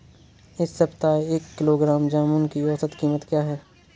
इस सप्ताह एक किलोग्राम जामुन की औसत कीमत क्या है?